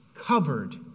covered